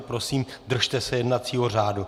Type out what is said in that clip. Prosím, držte se jednacího řádu.